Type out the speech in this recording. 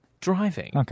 Driving